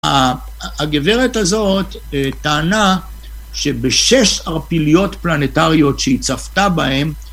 הגברת הזאת טענה שבשש ערפיליות פלנטריות שהיא צפתה בהן